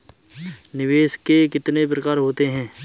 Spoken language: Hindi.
निवेश के कितने प्रकार होते हैं?